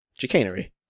Chicanery